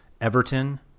Everton